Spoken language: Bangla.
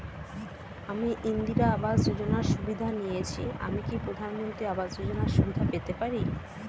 আমি ইন্দিরা আবাস যোজনার সুবিধা নেয়েছি আমি কি প্রধানমন্ত্রী আবাস যোজনা সুবিধা পেতে পারি?